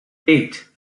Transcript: eight